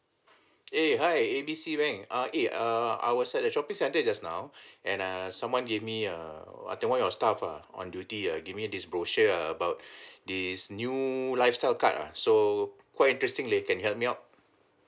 eh hi A B C bank ah eh err I was at the shopping centre just now and uh someone gave me a ah that [one] your staff ah on duty uh give me this brochure ah about this new lifestyle card ah so quite interesting leh can help me up